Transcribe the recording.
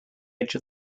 edge